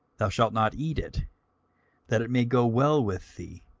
thou shalt not eat it that it may go well with thee,